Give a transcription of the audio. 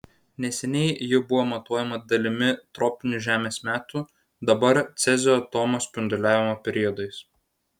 neseniai ji buvo matuojama dalimi tropinių žemės metų dabar cezio atomo spinduliavimo periodais